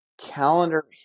calendar